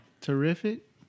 Terrific